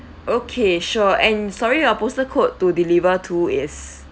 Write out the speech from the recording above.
okay sure and sorry your postal code to deliver to is